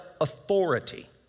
authority